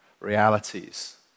realities